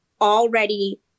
already